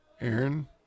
Aaron